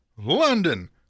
London